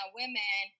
women